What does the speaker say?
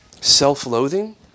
self-loathing